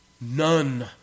None